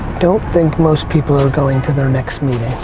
don't think most people are going to their next meeting.